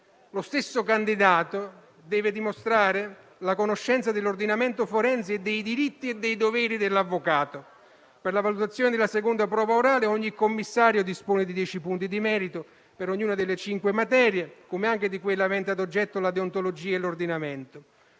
Lo stesso candidato deve dimostrare la conoscenza dell'ordinamento forense e dei diritti e dei doveri dell'avvocato. Per la valutazione della seconda prova orale ogni commissario dispone di 10 punti di merito per ognuna delle cinque materie, come per quella avente ad oggetto la deontologia e l'ordinamento.